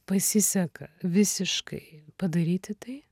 pasiseka visiškai padaryti tai